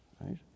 right